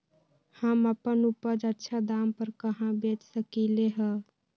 हम अपन उपज अच्छा दाम पर कहाँ बेच सकीले ह?